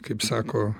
kaip sako